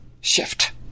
Shift